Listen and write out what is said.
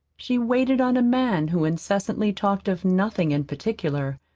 she waited on a man who incessantly talked of nothing in particular,